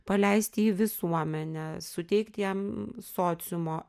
paleist jį į visuomenę suteikti jam sociumo